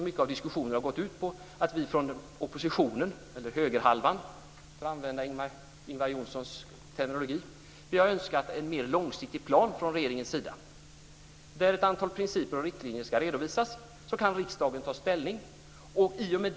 Mycket av diskussionen har ju gått ut på att vi från oppositionen - eller högerhalvan, för att använda Ingvar Johnssons terminologi - har önskat en mer långsiktig plan från regeringens sida, där ett antal principer och riktlinjer ska redovisas. Då kan riksdagen ta ställning.